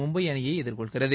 மும்பை அணியை எதிர்கொள்கிறது